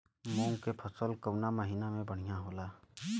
मुँग के फसल कउना महिना में बढ़ियां होला?